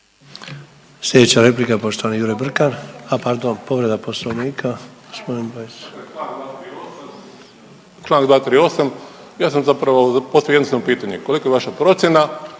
Slijedeća replika poštovani Jure Brkan, a pardon povreda Poslovnika gospodin Bajs.